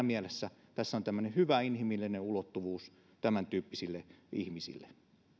mielessä tässä on tällainen hyvä inhimillinen ulottuvuus tämäntyyppisille ihmisille